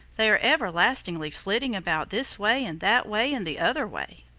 they are everlastingly flitting about this way and that way and the other way.